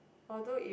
although if